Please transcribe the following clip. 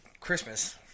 Christmas